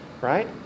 right